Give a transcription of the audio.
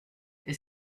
est